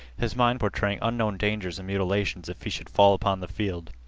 his mind portraying unknown dangers and mutilations if he should fall upon the field.